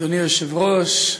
אדוני היושב-ראש,